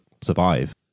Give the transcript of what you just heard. survive